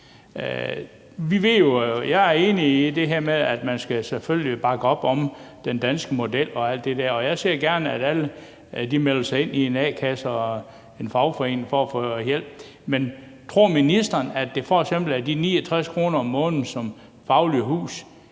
Jeg er enig i det her med, at man selvfølgelig skal bakke op om den danske model og alt det der, og jeg ser gerne, at alle melder sig ind i en a-kasse og en fagforening for at få hjælp, men tror ministeren, at det f.eks. er de 69 kr. om måneden, som Det Faglige Hus